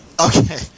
Okay